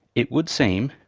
it would seem,